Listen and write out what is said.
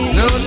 no